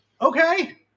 okay